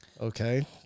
okay